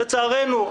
לצערנו,